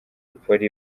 polly